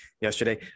yesterday